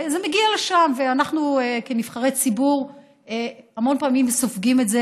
ואנחנו כנבחרי ציבור המון פעמים סופגים את זה,